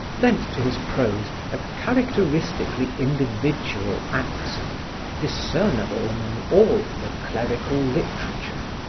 lent to his prose a characteristically individual accent discernible among all the clerical literature.